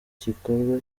gikorwa